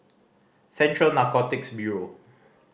Central Narcotics Bureau